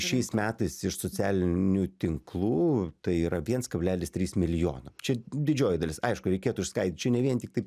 šiais metais iš socialinių tinklų tai yra viens kablelis trys milijono čia didžioji dalis aišku reikėtų išskaidyt čia ne vien tiktai